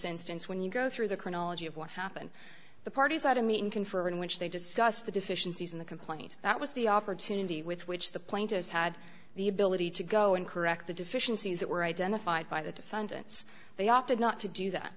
instance when you go through the chronology of what happened the parties had a meeting conferred in which they discussed the deficiencies in the complaint that was the opportunity with which the plaintiffs had the ability to go and correct the deficiencies that were identified by the defendants they opted not to do that